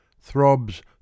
Throbs